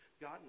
God